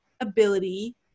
ability